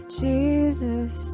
jesus